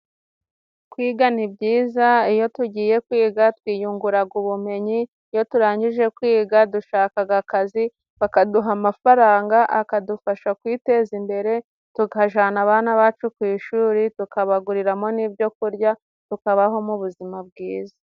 Kwiga ni byiza iyo tugiye kwiga twiyunguraga ubumenyi , iyo turangije kwiga dushakaga akazi , bakaduha amafaranga akadufasha kwiteza imbere tukajana abana bacu ku ishuri tukabaguriramo n'ibyo kurya , tukabaho mu buzima bwiza.